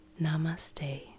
Namaste